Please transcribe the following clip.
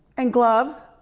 and gloves?